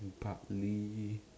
partly